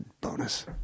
bonus